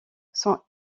sont